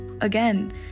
again